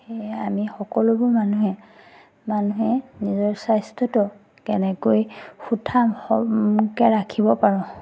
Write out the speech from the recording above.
সেয়ে আমি সকলোবোৰ মানুহে মানুহে নিজৰ স্বাস্থ্যটো কেনেকৈ সুঠামকৈ ৰাখিব পাৰোঁ